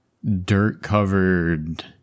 dirt-covered